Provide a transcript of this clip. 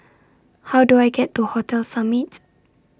How Do I get to Hotel Summits